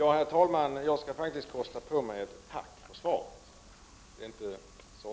Fru talman! Jag skall faktiskt kosta på mig ett tack för svaret.